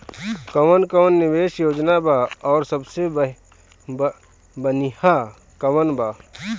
कवन कवन निवेस योजना बा और सबसे बनिहा कवन बा?